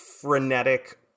frenetic